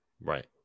Right